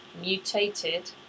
mutated